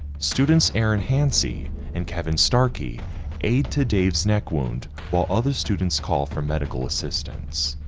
students aaron hansi and kevin starkey aide to dave's neck wound while other students call for medical assistance